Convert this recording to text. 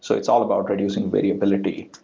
so it's all about reducing variability.